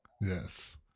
Yes